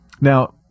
Now